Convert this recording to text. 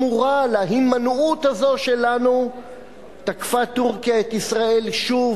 אבל כתמורה להימנעות הזאת שלנו תקפה טורקיה את ישראל שוב